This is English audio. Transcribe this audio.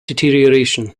deterioration